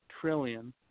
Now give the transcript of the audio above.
trillion